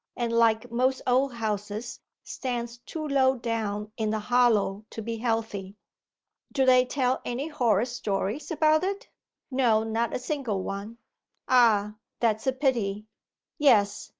and like most old houses stands too low down in the hollow to be healthy do they tell any horrid stories about it no, not a single one ah, that's a pity yes,